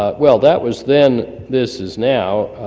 ah well, that was then, this is now,